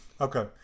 okay